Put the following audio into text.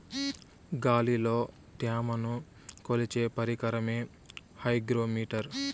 గాలిలో త్యమను కొలిచే పరికరమే హైగ్రో మిటర్